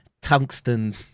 tungsten